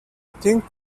think